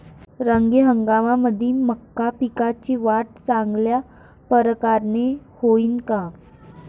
रब्बी हंगामामंदी मका पिकाची वाढ चांगल्या परकारे होईन का?